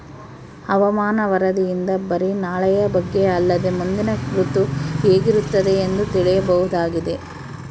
ಹವಾಮಾನ ವರದಿಯಿಂದ ಬರಿ ನಾಳೆಯ ಬಗ್ಗೆ ಅಲ್ಲದೆ ಮುಂದಿನ ಋತು ಹೇಗಿರುತ್ತದೆಯೆಂದು ತಿಳಿಯಬಹುದಾಗಿದೆ